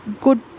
good